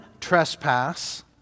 trespass